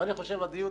ואני חושב שהדיון